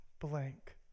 blank